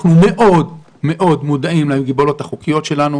אנחנו מאוד מודעים למגבלות החוקיות שלנו.